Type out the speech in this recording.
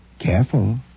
Careful